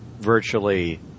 virtually